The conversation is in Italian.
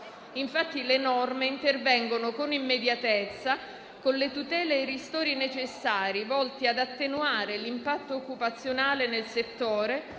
Infatti, le norme intervengono con immediatezza con le tutele e i ristori necessari, volti ad attenuare l'impatto occupazionale nel settore,